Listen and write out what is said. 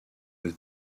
was